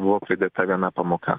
buvo pridėta viena pamoka